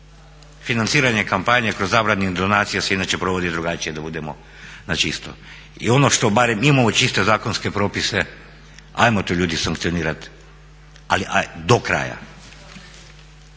financiranje kampanje kroz zabranjene donacije se inače provodi drugačije da budemo na čisto. I ono što barem imamo čiste zakonske propise ajmo to ljudi sankcionirati ali do kraja.